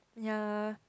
ya